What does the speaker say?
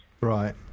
Right